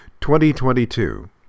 2022